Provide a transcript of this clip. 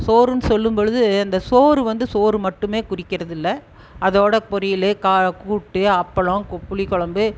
சோறுன்னு சொல்லும்பொழுது அந்த சோறு வந்து சோறு மட்டுமே குறிக்கிறதில்லை அதோடு பொரியல் கா கூட்டு அப்பளம் கு புளி குழம்பு